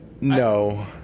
No